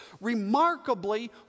remarkably